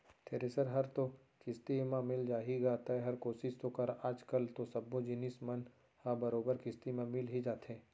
thresher हर तो किस्ती म मिल जाही गा तैंहर कोसिस तो कर आज कल तो सब्बो जिनिस मन ह बरोबर किस्ती म मिल ही जाथे